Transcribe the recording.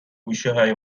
گوشیهای